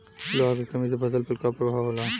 लोहा के कमी से फसल पर का प्रभाव होला?